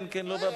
כן, כן, לא.